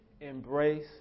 embrace